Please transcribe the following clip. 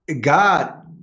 God